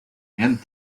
and